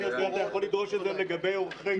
הזה אתה יכול לדרוש את זה לגבי עורכי דין,